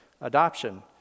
adoption